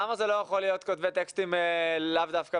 למה זה לא יכול להיות כותבי טקסטים לאו דווקא